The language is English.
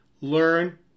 learn